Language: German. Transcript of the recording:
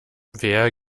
wer